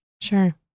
Sure